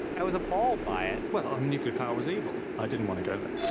i was appalled by it. well, um nuclear power was evil. i didn't want to go there.